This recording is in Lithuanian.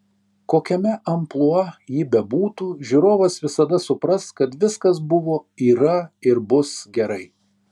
kokiame amplua ji bebūtų žiūrovas visada supras kad viskas buvo yra ir bus gerai